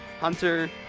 Hunter